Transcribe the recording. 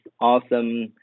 awesome